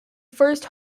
first